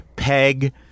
Peg